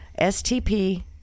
STP